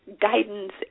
guidance